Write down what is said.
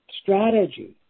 strategy